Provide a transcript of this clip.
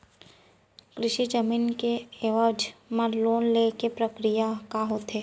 कृषि जमीन के एवज म लोन ले के प्रक्रिया ह का होथे?